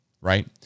right